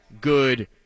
good